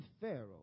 Pharaoh